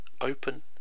open